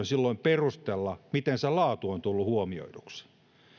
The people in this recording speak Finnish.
silloin perustella miten sen laatu on tullut huomioiduksi